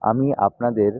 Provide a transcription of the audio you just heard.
আমি আপনাদের